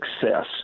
success